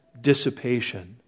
dissipation